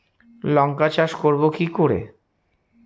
লঙ্কা চাষ করব কি করে?